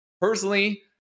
personally